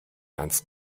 ernst